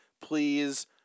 Please